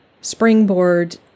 springboard